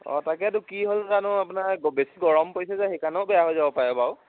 অঁ তাকেতো কি হ'ল জানো আপোনাৰ বেছি গৰম পৰিছে যে সেইকাৰণেও বেয়া হৈ যাব পাৰে বাৰু